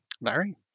Larry